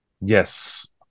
yes